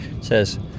says